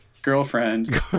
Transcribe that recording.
girlfriend